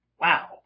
Wow